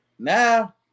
Now